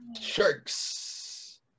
Sharks